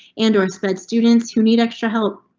android said students who need extra help.